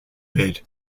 bid